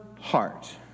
heart